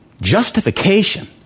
Justification